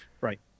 Right